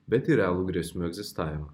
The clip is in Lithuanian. bet ir realų grėsmių egzistavimą